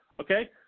okay